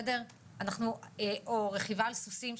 או רכיבה על סוסים,